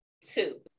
two